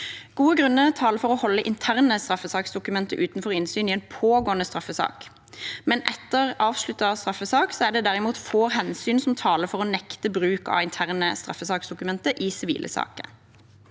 Gode grunner taler for å holde interne straffesaksdokumenter utenfor innsyn i en pågående straffesak, men etter avsluttet straffesak er det derimot få hensyn som taler for å nekte bruk av interne straffesaksdokumenter i sivile saker.